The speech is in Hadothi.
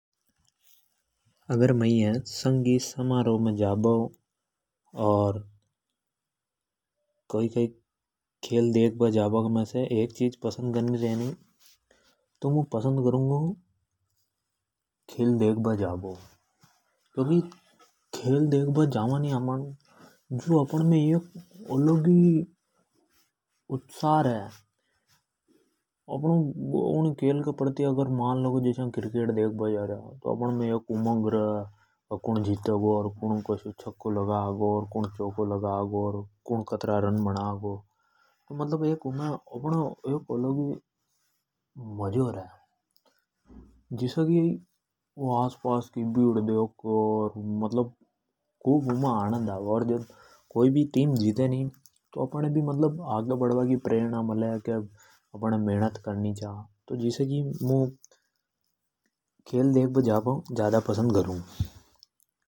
अगर मेइ ये संगीत समारो अर कई कई खेल देखबा जाबा मे से कोई एक को चुनाव करनी पड़े तो मुं चुनाव करूँगु खेल देखबा जाबो। क्योंकि खेल देख बा जावा नि अपण तो अप ण मे एक अलग ही उत्साह रे। अपनो उन खेल के प्रति मानलो की जस्या अपण क्रिकेट देख बा जारया तो अपण मे एक उमंग रे के कुंण जीतेगो के कुण छक्कों लगागो। और कुन चौको लगागो कुन कतरा रन बनागो मतलब उमे एक अलग ही मजो रे। जिसे की आस पास की भीड़ देख के खूब उमे आनंद आवे।। जद कोई भी टीम जीते नि तो अपण भी आगे बड़बा की प्रेरणा मले के अपण मेहनत करनी चा। जिसे की मुं खेल दे ख बा जाबो ज्यादा पसंद करू।